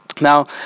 now